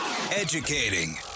Educating